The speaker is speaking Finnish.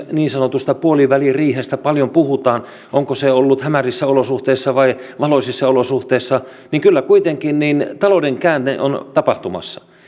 niin sanotusta puoliväliriihestä paljon puhutaan onko se ollut hämärissä olosuhteissa vai valoisissa olosuhteissa kuitenkin talouden käänne on tapahtumassa